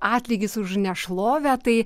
atlygis už nešlovę tai